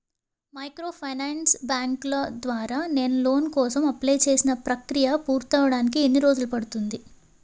Microfinance బ్యాంకుల ద్వారా నేను లోన్ కోసం అప్లయ్ చేసిన ప్రక్రియ పూర్తవడానికి ఎన్ని రోజులు పడుతుంది?